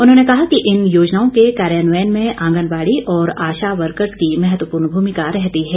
उन्होंने कहा कि इन योजनाओं के कार्योन्वयन में आंगनबाड़ी और आशा वर्करज की महत्वपूर्ण भूमिका रहती है